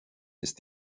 ist